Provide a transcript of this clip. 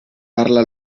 parla